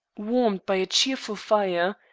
warmed by a cheerful fire,